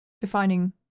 defining